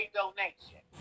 donation